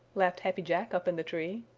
laughed happy jack up in the tree.